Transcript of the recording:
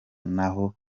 naho